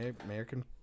American